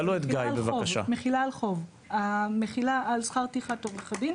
המחילה על שכר טרחת עו"ד,